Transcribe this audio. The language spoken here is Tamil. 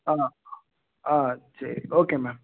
ஆ ஆ சரி ஓகே மேம்